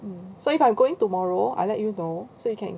mm so if I going tomorrow I let you know so you can